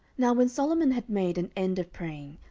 now when solomon had made an end of praying,